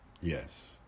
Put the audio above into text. Yes